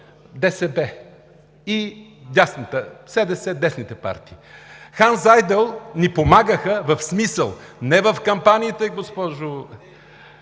ДСБ, СДС – десните партии. „Ханс Зайдел“ ни помагаха в смисъл – не в кампаниите, госпожо